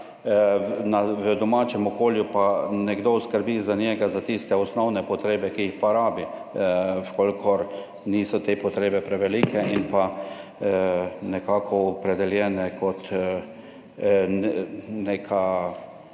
v domačem okolju pa nekdo skrbi za njega, za tiste osnovne potrebe, ki jih pa rabi, v kolikor niso te potrebe prevelike in pa nekako opredeljene kot neka